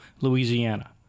Louisiana